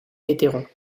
vétéran